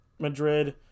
Madrid